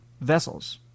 Vessels